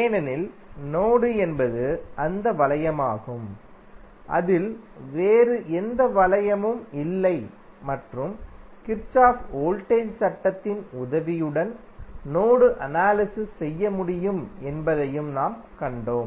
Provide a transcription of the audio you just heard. ஏனெனில் நோடு என்பது அந்த வளையமாகும் அதில் வேறு எந்த வளையமும் இல்லை மற்றும் கிர்ச்சோஃப் வோல்டேஜ் சட்டத்தின் உதவியுடன் நோடு அனாலிசிஸ் செய்ய முடியும் என்பதையும் நாம் கண்டோம்